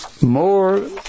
more